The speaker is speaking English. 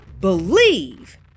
Believe